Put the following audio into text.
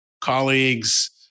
colleagues